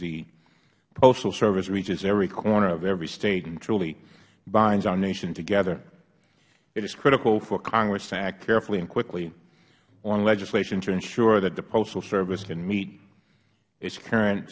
the postal service reaches every corner of every state and truly binds our nation together it is critical for congress to act carefully and quickly on legislation to ensure that the postal service can meet its current